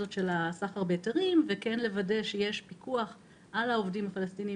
סחר בהיתרים ויש לוודא שיש פיקוח על העובדים הפלסטינים